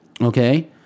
Okay